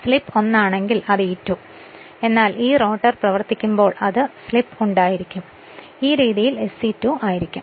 അതിനാൽ സ്ലിപ്പ് ഒന്നാണെങ്കിൽ അത് E2 ആണ് എന്നാൽ ആ റോട്ടർ പ്രവർത്തിക്കുമ്പോൾ അതിന് സ്ലിപ്പ് ഉണ്ടായിരിക്കും അത് ഈ രീതിയിൽ SE2 ആയിരിക്കും